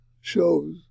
shows